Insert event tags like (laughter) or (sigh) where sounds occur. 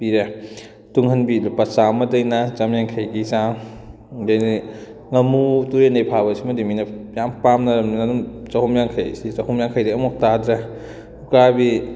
ꯄꯤꯔꯦ ꯇꯨꯡꯍꯟꯕꯤ ꯂꯨꯄꯥ ꯆꯥꯝꯃꯗꯒꯤꯅ ꯆꯥꯝ ꯌꯥꯡꯈꯩꯒꯤ ꯆꯥꯡ (unintelligible) ꯉꯥꯃꯨ ꯇꯨꯔꯦꯟꯗꯒꯤ ꯐꯥꯕꯁꯤꯃꯗꯤ ꯃꯤꯅ ꯌꯥꯝ ꯄꯥꯝꯅꯔꯕꯅꯤꯅ ꯑꯗꯨꯝ ꯆꯍꯨꯝ ꯌꯥꯡꯈꯩ ꯁꯤ ꯆꯍꯨꯝ ꯌꯥꯡꯈꯩꯗꯒꯤ ꯑꯃꯨꯛ ꯇꯥꯗ꯭ꯔꯦ ꯎꯀꯥꯕꯤ